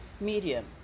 medium